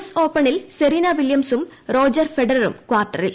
S ഓപ്പണിൽ Serena വില്യംസും Roger ഫെഡററും ക്വാർട്ടറിൽ